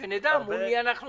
שנדע מול מי אנחנו עומדים.